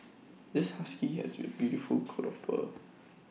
this husky has A beautiful coat of fur